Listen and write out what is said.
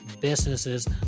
businesses